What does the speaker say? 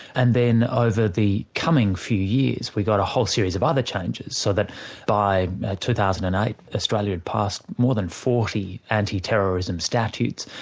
and then over the coming few years, we got a whole series of other changes, so that by two thousand and eight australia had passed more than forty anti-terrorism statutes,